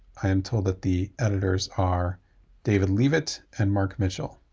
i am told that the editors are david leavitt and mark mitchell.